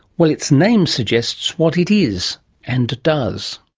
well, its name suggests what it is and does.